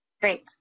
Great